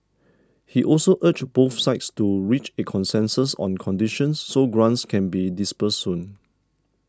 he also urged both sides to reach a consensus on conditions so grants can be disbursed soon